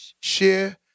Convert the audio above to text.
share